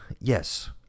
Yes